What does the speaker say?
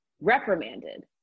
reprimanded